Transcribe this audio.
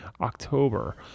October